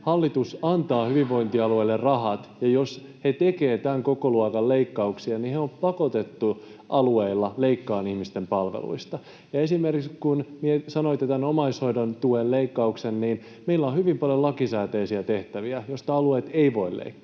hallitus antaa hyvinvointialueille rahat, niin jos he tekevät tämän kokoluokan leikkauksia, alueet ovat pakotettuja leikkaamaan ihmisten palveluista. Esimerkiksi kun sanoitte tämän omaishoidon tuen leikkauksen, niin meillä on hyvin paljon lakisääteisiä tehtäviä, joista alueet eivät voi leikata.